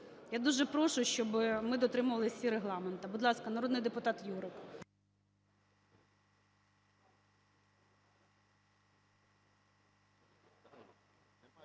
Я дуже прошу, щоб ми дотримувались всі Регламенту. Будь ласка, народний депутат Юрик.